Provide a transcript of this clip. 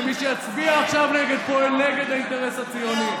ומי שיצביע עכשיו נגד פועל נגד האינטרס הציוני,